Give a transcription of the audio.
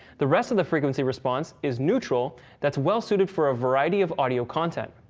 the rest of the frequency response is neutral that's well suited for a variety of audio content.